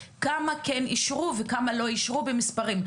כמה כן אישרו וכמה לא אישרו במספרים.